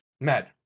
mad